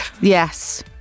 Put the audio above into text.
Yes